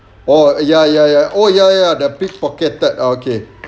oh ya ya ya oh ya ya the pickpocketed okay